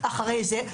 אחרי זה?